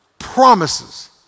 Promises